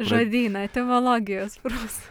žodyną etimologijos prūsų